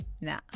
Nah